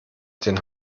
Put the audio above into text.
den